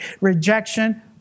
rejection